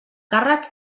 càrrec